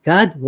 God